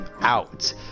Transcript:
out